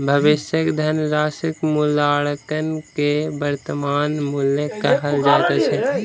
भविष्यक धनराशिक मूल्याङकन के वर्त्तमान मूल्य कहल जाइत अछि